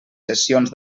sessions